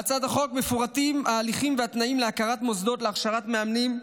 בהצעת החוק מפורטים ההליכים והתנאים להקמת מוסדות להכשרת מאמנים,